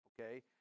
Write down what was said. okay